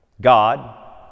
God